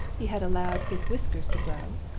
he had allowed his whiskers to grow,